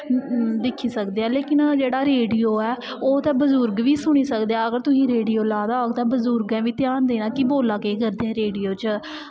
दिक्खी सकदे ऐ लेकिन जेह्ड़ा रेडियो ऐ ओह् ते बजुर्ग बी सुनी सकदे ऐ अगर तुसीं रेडियो लाए दा होग ते बजुर्गैं बी ध्यान देना कि बोला केह् करदे ऐ रेडियो च